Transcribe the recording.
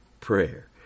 prayer